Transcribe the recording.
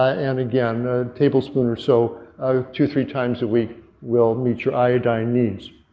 ah and again, a tablespoon or so two, three times a week will meet your iodine needs.